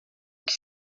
que